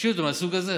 בשאילתות מהסוג הזה.